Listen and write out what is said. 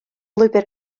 lwybr